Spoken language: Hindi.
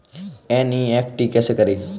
एन.ई.एफ.टी कैसे करें?